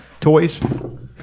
toys